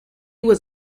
was